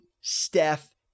Steph